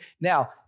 now